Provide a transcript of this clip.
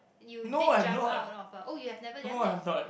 you did jump out of a oh you have never done that